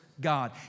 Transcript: God